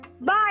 Bye